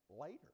later